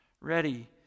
ready